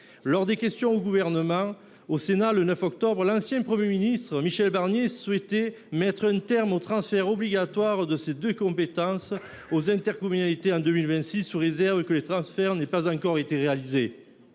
qui se sont tenues au Sénat le 9 octobre dernier, l’ancien Premier ministre Michel Barnier indiquait vouloir mettre un terme au transfert obligatoire de ces deux compétences aux intercommunalités en 2026, sous réserve que les transferts n’aient pas encore été réalisés.